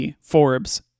Forbes